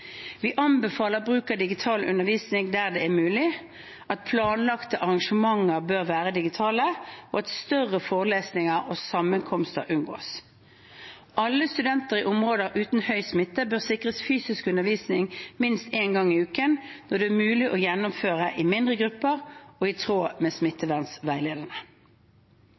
Vi anbefaler bruk av digital undervisning der det er mulig, at planlagte arrangementer bør være digitale, og at større forelesninger og sammenkomster unngås. Alle studenter i områder uten høy smitte bør sikres fysisk undervisning minst én gang i uken når det er mulig å gjennomføre den i mindre grupper og i tråd med